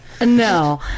no